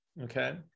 Okay